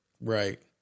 Right